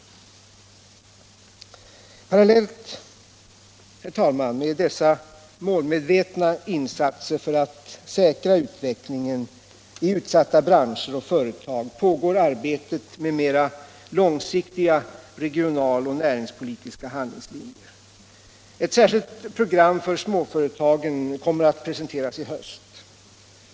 Parallellt, herr talman, med dessa målmedvetna insatser för att säkra utvecklingen i utsatta branscher och företag pågår arbetet med mera långsiktiga regionaloch näringspolitiska handlingslinjer. Ett särskilt program för småföretagen kommer att presenteras i höst.